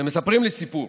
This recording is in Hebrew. שמספרים לי סיפור.